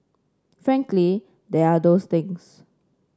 frankly there are those things